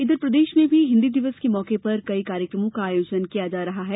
इधर प्रदेश में भी हिन्दी दिवस के मौके पर कई कार्यक्रमों का आयोजन किया जा रहा है